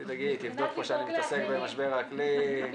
אל תדאגי, היא תבדוק שאני מתעסק במשבר האקלים.